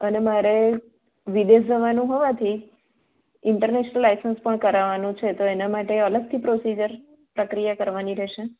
અને મારે વિદેશ જવાનું હોવાથી ઇન્ટરનેશનલ લાઇસન્સ પણ કરાવવાનું છે તો એના માટે અલગથી પ્રોસીઝર પ્રક્રિયા કરવાની રહેશે